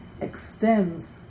extends